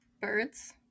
Birds